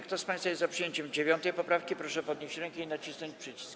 Kto z państwa jest za przyjęciem 9. poprawki, proszę podnieść rękę i nacisnąć przycisk.